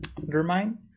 Undermine